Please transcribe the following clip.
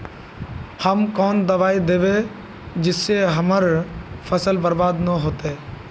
हम कौन दबाइ दैबे जिससे हमर फसल बर्बाद न होते?